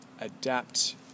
adapt